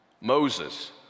Moses